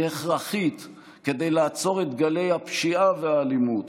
היא הכרחית כדי לעצור את גלי הפשיעה והאלימות